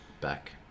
back